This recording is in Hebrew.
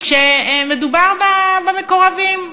כשמדובר במקורבים.